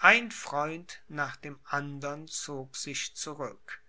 ein freund nach dem andern zog sich zurück